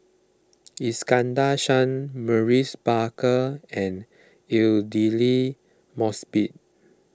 Iskandar Shah Maurice Baker and Aidli Mosbit